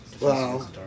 Wow